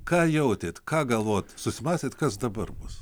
ką jautėt ką galvojot susimąstėt kas dabar bus